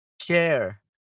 chair